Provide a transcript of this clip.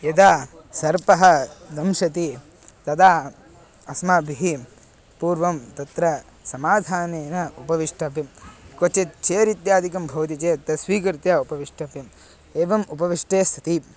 यदा सर्पः दंशति तदा अस्माभिः पूर्वं तत्र समाधानेन उपविष्टव्यं क्वचित् चेर् इत्यादिकं भवति चेत् तत् स्वीकृत्य उपविष्टव्यम् एवम् उपविष्टे सति